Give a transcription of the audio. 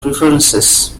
preferences